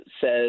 says